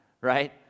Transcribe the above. right